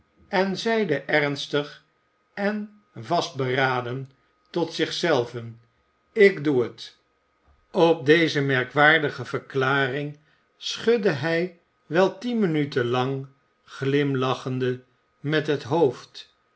en zeide ernstig en vastberaden tot zich zelven ik doe het op deze merkwaardige verklaring schudde hij wel tien minuten lang glimlachende met het hoofd